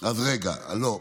רגע, לא.